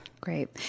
Great